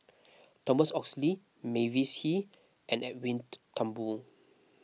Thomas Oxley Mavis Hee and Edwin Thumboo